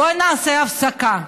בואו נעשה הפסקה.